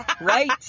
Right